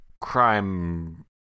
Crime